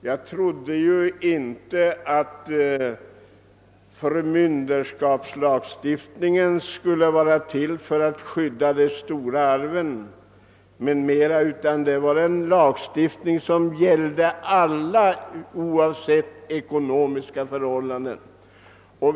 Jag trodde nu inte att förmynderskapslagstiftningen är till för att skydda de stora arven utan att den skulle gälla oavsett ekonomiska förhållanden.